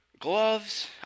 gloves